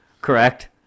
Correct